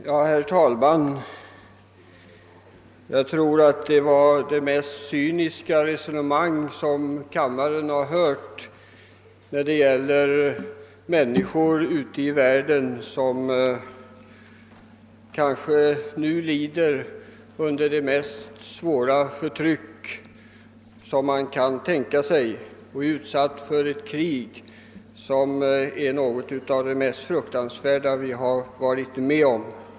Herr talman! Jag tror att detta var det mest cyniska resonemang som kammaren har hört när det gäller människor ute i världen som kanske nu lever i den svåraste misär som man kan tänka sig och är utsatta för ett krig som är något av det mest fruktansvärda vi varit med om.